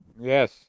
Yes